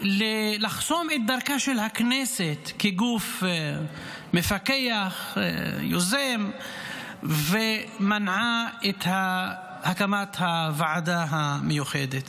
לחסום את דרכה של הכנסת כגוף מפקח ויוזם ומנעה את הקמת הוועדה המיוחדת.